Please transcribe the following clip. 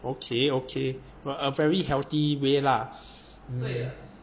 okay okay but a very healthy way lah mm